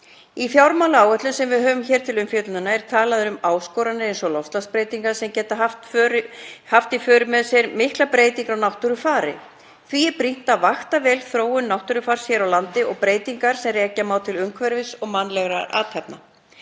Í fjármálaáætlun sem við höfum hér til umfjöllunar er talað um áskoranir eins og loftslagsbreytingar sem geta haft í för með sér miklar breytingar á náttúrufari. Því er brýnt að vakta vel þróun náttúrufars hér á landi og breytingar sem rekja má til umhverfis og mannlegra athafna.